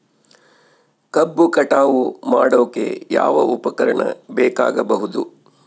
ಕಬ್ಬು ಕಟಾವು ಮಾಡೋಕೆ ಯಾವ ಉಪಕರಣ ಬೇಕಾಗಬಹುದು?